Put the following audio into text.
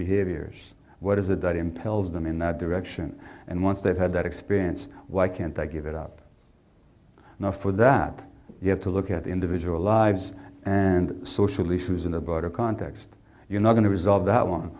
behaviors what is the drug impels them in that direction and once they've had that experience why can't they give it up now for that you have to look at the individual lives and social issues in a broader context you're not going to resolve that on